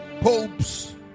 popes